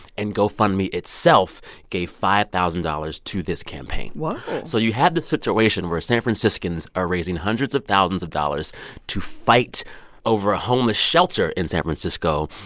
and gofundme itself gave five thousand dollars to this campaign whoa so you have this situation where san franciscans are raising hundreds of thousands of dollars to fight over a homeless shelter in san francisco.